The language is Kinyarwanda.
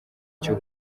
cyo